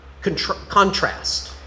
contrast